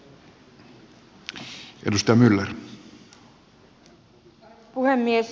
arvoisa puhemies